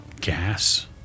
gas